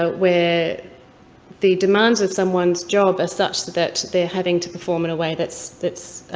ah where the demands of someone's job are such that that they're having to perform in a way that's that's